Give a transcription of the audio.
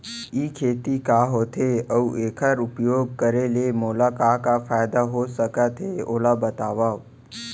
ई खेती का होथे, अऊ एखर उपयोग करे ले मोला का का फायदा हो सकत हे ओला बतावव?